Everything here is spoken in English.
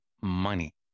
money